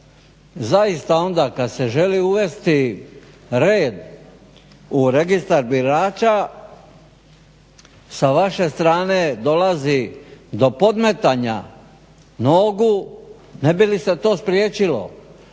zaista onda kad se želi uvesti red u registar birača sa vaše strane dolazi do podmetanja nogu ne bi li se to spriječilo.